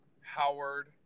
Howard